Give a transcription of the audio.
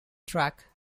track